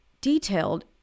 detailed